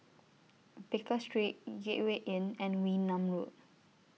Baker Street Gateway Inn and Wee Nam Road